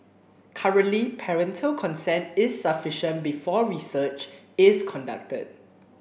currently parental consent is sufficient before research is conducted